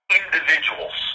individuals